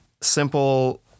simple